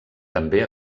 també